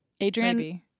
Adrian